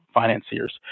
financiers